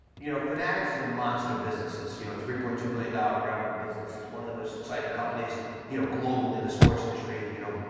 you know, fanatics is a monster business, it's you know three point two billion dollar revenue business, it's one of the most exciting companies you know globally in the sports industry you know,